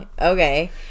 okay